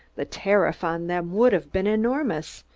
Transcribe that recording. the tariff on them would have been enormous,